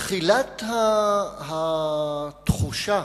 תחילת התחושה